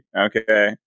okay